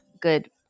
good